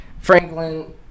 Franklin